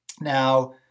Now